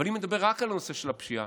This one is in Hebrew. אבל אם נדבר רק על הנושא של הפשיעה,